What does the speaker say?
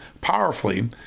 powerfully